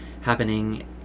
happening